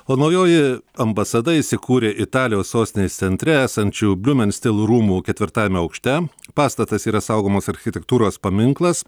o naujoji ambasada įsikūrė italijos sostinės centre esančių bliumenstilų rūmų ketvirtajame aukšte pastatas yra saugomas architektūros paminklas